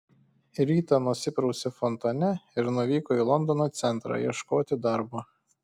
rytą nusiprausė fontane ir nuvyko į londono centrą ieškoti darbo